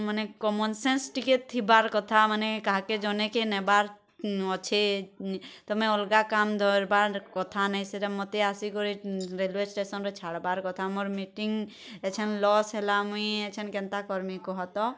ମାନେ common sense ଟିକେ ଥିବାର୍ କଥା ମାନେ କାହାକେ ଜନେ କେ ନେବାର୍ ଅଛି ତୁମେ ଅଲଗା କାମ୍ ଧରବାର୍ କଥା ନାଇଁ ସେଇଟା ମୋତେ ଆସିକରି ରେଲୱେ ଷ୍ଟେସନ୍ରେ ଛାଡ଼ବାର୍ କଥା ମୋର୍ ମିଟିଙ୍ଗ୍ ଏଛେନ୍ ଲସ୍ ହେଲା ମୁଇଁ ଏଛେନ୍ କେନ୍ତା କର୍ମି କହ ତ